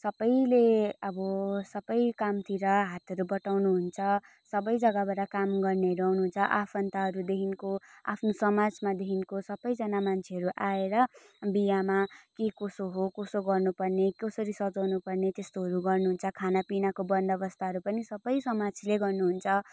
सबैले अब सबै कामतिर हातहरू बटाउनु हुन्छ सबै जग्गाबाट काम गर्नेहरू आउनुहुन्छ आफन्तहरूदेखिको आफ्नो समाजमादेखिको सबैजना मान्छेहरू आएर बिहामा के कसो हो कसो गर्नुपर्ने कसरी सजाउन पर्ने त्यस्तोहरू गर्नुहुन्छ खानापिनाको बन्दोबस्तहरू पनि सबै समाजले गर्नुहुन्छ